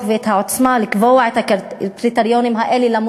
והעוצמה לקבוע את הקריטריונים האלה,